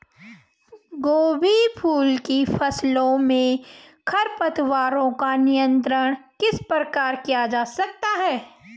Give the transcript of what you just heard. गोभी फूल की फसलों में खरपतवारों का नियंत्रण किस प्रकार किया जा सकता है?